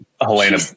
Helena